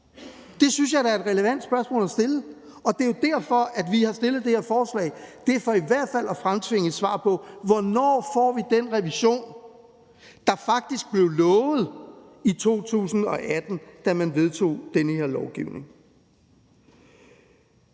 Det synes jeg da er et relevant spørgsmål at stille, og det er jo derfor, vi har fremsat det her forslag. Det er for i hvert fald at fremtvinge et svar på: Hvornår får vi den revision, der faktisk blev lovet i 2018, da man vedtog den her lovgivning?